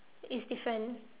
is different